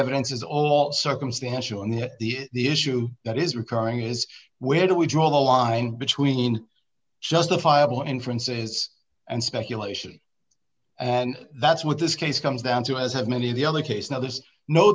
evidence is all circumstantial and that the the issue that is recurring is where do we draw the line between justifiable inferences and speculation and that's what this case comes down to as have many of the other case now there's no